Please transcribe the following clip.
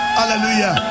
hallelujah